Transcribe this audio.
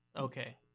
Okay